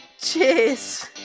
Cheers